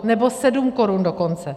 Nebo 7 korun dokonce.